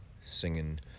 singing